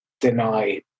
deny